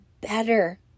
better